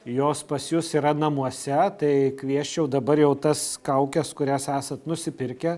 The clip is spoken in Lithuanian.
jos pas jus yra namuose tai kviesčiau dabar jau tas kaukes kurias esat nusipirkę